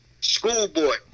schoolboy